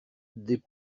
des